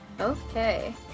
Okay